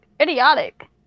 idiotic